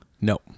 No